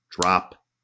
drop